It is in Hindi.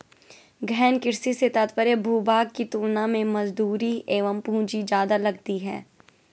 गहन कृषि से तात्पर्य भूभाग की तुलना में मजदूरी एवं पूंजी ज्यादा लगती है